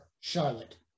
Charlotte